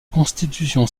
constitution